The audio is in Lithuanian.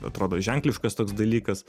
atrodo ženkliškas toks dalykas